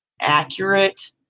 accurate